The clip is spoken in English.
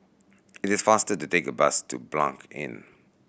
it is faster to take bus to Blanc Inn